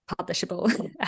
publishable